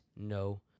no